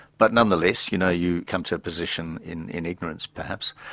but nonetheless you know, you come to a position in in ignorance, perhaps.